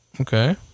Okay